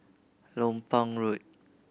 Lompang Road